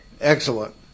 Excellent